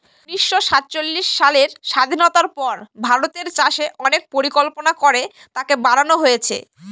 উনিশশো সাতচল্লিশ সালের স্বাধীনতার পর ভারতের চাষে অনেক পরিকল্পনা করে তাকে বাড়নো হয়েছে